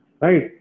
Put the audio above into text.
Right